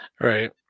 Right